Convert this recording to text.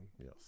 yes